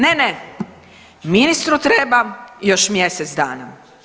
Ne, ne, ministru treba još mjesec dana.